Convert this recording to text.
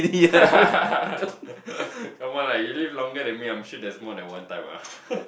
come on lah you live longer than me I am sure that's more than one time ah